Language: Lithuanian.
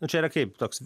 nu čia yra kaip toks